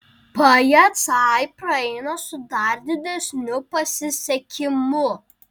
pajacai praeina su dar didesniu pasisekimu